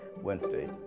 Wednesday